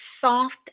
soft